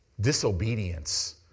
Disobedience